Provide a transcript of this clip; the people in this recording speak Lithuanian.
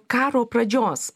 karo pradžios